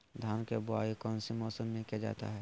धान के बोआई कौन सी मौसम में किया जाता है?